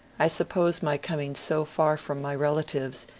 i suppose my coming so far from my relatives,